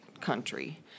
country